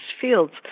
fields